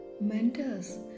mentors